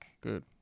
Good